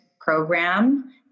program